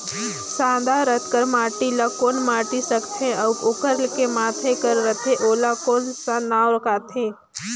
सादा रंग कर माटी ला कौन माटी सकथे अउ ओकर के माधे कर रथे ओला कौन का नाव काथे?